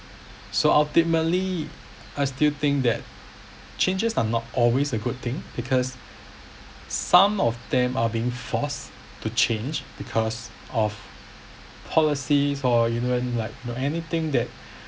so ultimately I still think that changes are not always a good thing because some of them are being forced to change because of policies or even like no anything that